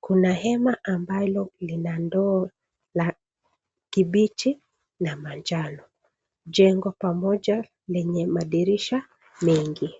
Kuna hema ambalo lina ndoo la kibichi na manjano. Jengo pamoja lenye madirisha mengi.